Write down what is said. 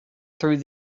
through